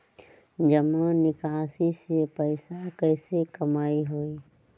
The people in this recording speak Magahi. जमा निकासी से पैसा कईसे कमाई होई?